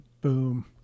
Boom